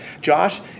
Josh